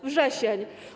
Wrzesień.